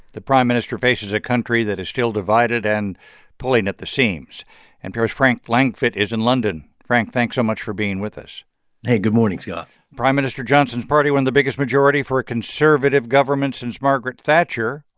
the prime minister faces a country that is still divided and pulling at the seams npr's frank langfitt is in london. frank, thanks so much for being with us hey. good morning, scott prime minister johnson's party won the biggest majority for a conservative government since margaret thatcher.